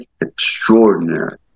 extraordinary